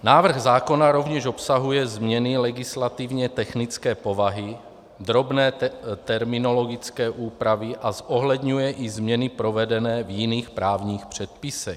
Návrh zákona rovněž obsahuje změny legislativně technické povahy, drobné terminologické úpravy a zohledňuje i změny provedené v jiných právních předpisech.